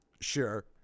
Sure